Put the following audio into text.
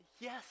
yes